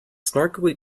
snarkily